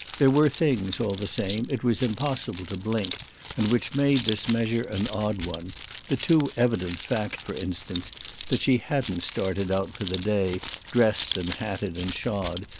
there were things, all the same, it was impossible to blink and which made this measure an odd one the too evident fact for instance that she hadn't started out for the day dressed and hatted and shod,